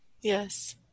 Yes